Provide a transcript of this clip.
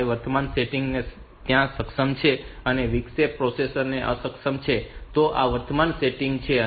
5 ના વર્તમાન સેટિંગ ત્યાં સક્ષમ છે અને વિક્ષેપિત પ્રોસેસર અક્ષમ છે તો આ વર્તમાન સેટિંગ છે